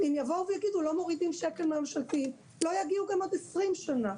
אם יגידו שלא מורידים שקל מהממשלתיים לא יגיעו גם עוד 20 שנה.